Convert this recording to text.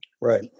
right